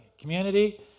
community